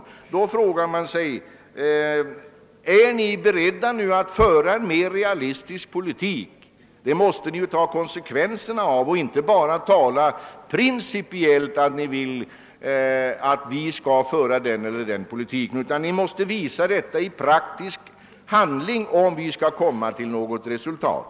Och då frågar jag: är ni nu beredda att föra en mera realistisk politik? I så fall måste ni ju ta konsekvenserna av det och inte bara tala principiellt om att ni vill föra den och den politiken. Ni måste visa detta också i praktisk handling, om vi skall komma fram till något positivt resultat.